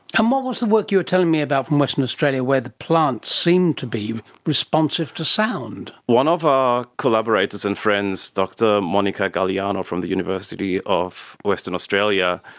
um what was the work you are telling me about from western australia where the plants seemed to be responsive to sound? one of our collaborators and friends, dr monica gagliano from the university of western australia,